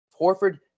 Horford